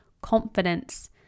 confidence